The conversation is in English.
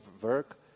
work